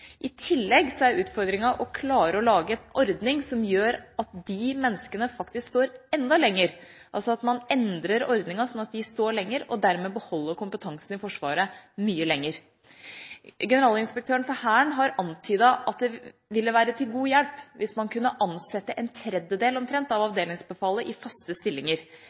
I tillegg er utfordringen å klare å lage en ordning som gjør at de menneskene faktisk står enda lenger, altså at man endrer ordningen sånn at de står lenger, og dermed beholder kompetansen i Forsvaret mye lenger. Generalinspektøren for Hæren har antydet at det ville være til god hjelp hvis man kunne ansette omtrent en tredjedel av avdelingsbefalet i faste stillinger.